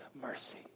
mercy